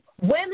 Women